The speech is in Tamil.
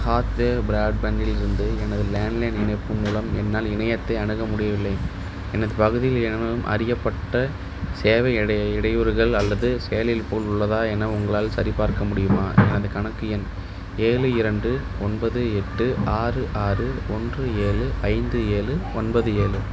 ஹாத்வே ப்ராட்பேண்ட்டிலிருந்து எனது லேண்ட்லைன் இணைப்பு மூலம் என்னால் இணையத்தை அணுக முடியவில்லை எனது பகுதியில் ஏதேனும் அறியப்பட்ட சேவை இடை இடையூறுகள் அல்லது செயலிழப்புகள் உள்ளதா என உங்களால் சரிபார்க்க முடியுமா எனது கணக்கு எண் ஏழு இரண்டு ஒன்பது எட்டு ஆறு ஆறு ஒன்று ஏழு ஐந்து ஏழு ஒன்பது ஏழு